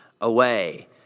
away